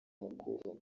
mukuru